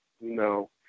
no